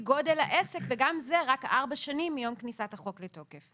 גודל העסק וגם זה רק 4 שנים מיום כניסת החוק לתוקף.